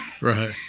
Right